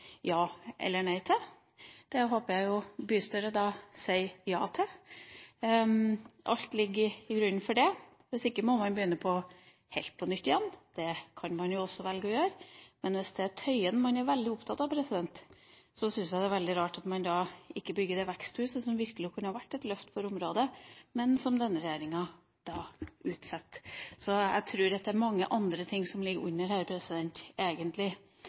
ja eller nei til. Det håper jeg jo bystyret da sier ja til. Alt ligger til grunn for det. Hvis ikke må man begynne helt på nytt igjen. Det kan man jo også velge å gjøre. Men hvis det er Tøyen man er opptatt av, synes jeg det er veldig rart at man ikke bygger det veksthuset som virkelig kunne vært et løft for området, men som denne regjeringa utsetter. Så jeg tror egentlig det er mange andre ting som ligger under,